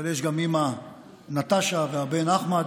אבל יש גם אימא נטשה והבן אחמד,